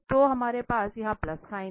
तो हमारे पास वहाँ प्लस साइन है